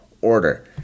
order